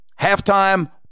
halftime